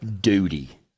duty